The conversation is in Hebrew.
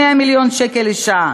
100 מיליון שקל לשנה,